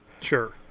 Sure